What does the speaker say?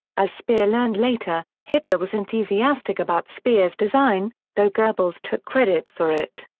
as speer learned later, hitler was enthusiastic about speer's design, though goebbels took credit for it.